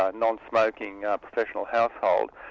ah non-smoking, ah professional household,